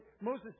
Moses